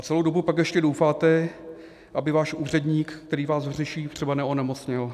A celou dobu pak ještě doufáte, aby váš úředník, který vás řeší, třeba neonemocněl.